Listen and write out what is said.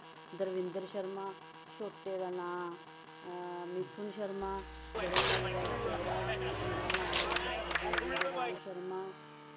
द्रविन्दर शर्मा छोटे दे नांऽ मिथुन शर्मा जेह्ड़े मेरे सौह्रा जी उं'दा नांऽ गोविंद राम शर्मा